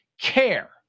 care